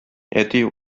әти